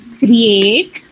create